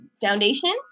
foundation